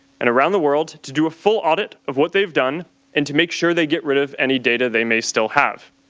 and around the world to do a full audit of what they have done and to make sure they get rid of any data they may still have.